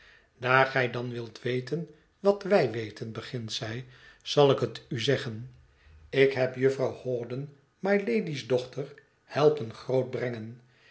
daar gij dan wilt weten wat wij weten begint zij zal ik het u zeggen ik heb jufvrouw hawdon mylady's dochter helpen